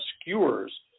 skewers